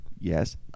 Yes